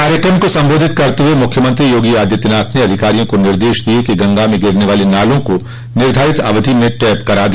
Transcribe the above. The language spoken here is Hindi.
कार्यक्रम को संबोधित करते हुए मुख्यमंत्री योगी आदित्यनाथ ने अधिकारियों को निर्देश दिये कि गंगा में गिरने वाले नालों को निर्धारित अवधि में टैप करा दे